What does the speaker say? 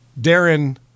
Darren